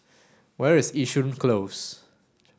where is Yishun Close